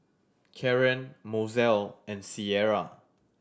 Karon Mozell and Sierra